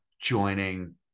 joining